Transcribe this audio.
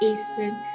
Eastern